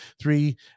Three